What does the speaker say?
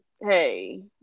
Hey